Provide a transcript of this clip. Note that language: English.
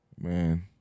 Man